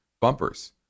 bumpers